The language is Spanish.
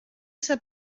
esa